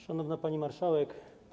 Szanowna Pani Marszałek!